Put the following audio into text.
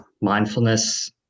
mindfulness